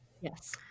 Yes